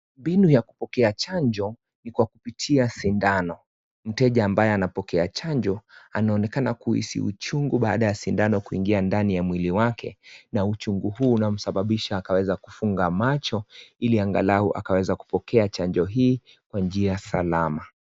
Mbinu ya kupokea chanjo ni kwa kupitia sindano. Mteja ambaye anapokea chanjo anonekana kuhisi uchungu baada ya sindano kuingia ndani ya mwili wake, na uchungu huu unasababisha akaweza kufunga macho ili angalau akaweza kupokea chanjo hii kwa njia salama.